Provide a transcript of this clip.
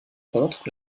contre